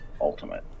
ultimate